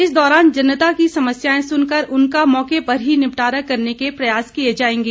इस दौरान जनता की समस्यायें सुनकर उनका मौके पर ही निपटारा करने के प्रयास किये जायेंगे